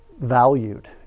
valued